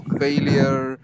failure